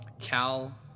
Cal